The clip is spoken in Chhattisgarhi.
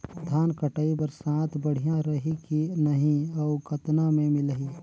धान कटाई बर साथ बढ़िया रही की नहीं अउ कतना मे मिलही?